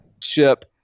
Chip